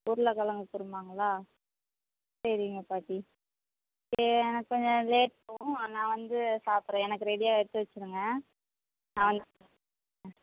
உருளைக் கெழங்கு குருமாங்களா சரிங்க பாட்டி சரி எனக்கு கொஞ்சம் லேட்டாகும் நான் வந்து சாப்பிட்றேன் எனக்கு ரெடியாக எடுத்து வச்சுருங்க நான் வந்து ம்